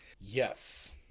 Yes